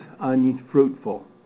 unfruitful